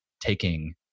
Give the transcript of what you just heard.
taking